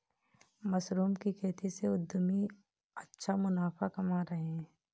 mushroom की खेती से उद्यमी अच्छा मुनाफा कमा रहे हैं